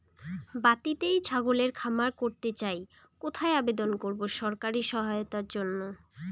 বাতিতেই ছাগলের খামার করতে চাই কোথায় আবেদন করব সরকারি সহায়তার জন্য?